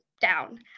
down